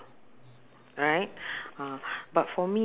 K how about food ha K K K